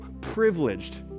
privileged